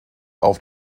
auf